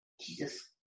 Jesus